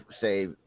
say